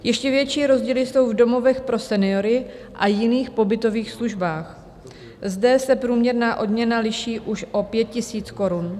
Ještě větší rozdíly jsou v domovech pro seniory a jiných pobytových službách, zde se průměrná odměna liší už o 5 000 korun.